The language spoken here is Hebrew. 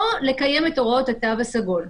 או לקיים את הוראות התו הסגול.